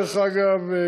דרך אגב,